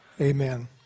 Amen